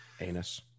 Anus